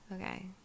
Okay